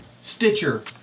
Stitcher